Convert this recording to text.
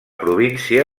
província